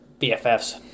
BFFs